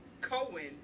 Cohen